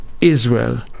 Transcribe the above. Israel